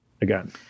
again